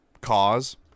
cause